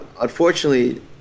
unfortunately